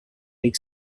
big